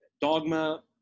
Dogma